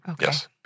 Yes